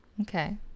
Okay